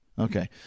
Okay